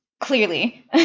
Clearly